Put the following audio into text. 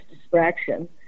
distraction